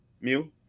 Mew